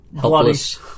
helpless